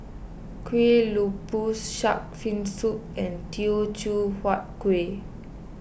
Kueh Lopes Shark's Fin Soup and Teochew Huat Kuih